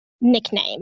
nickname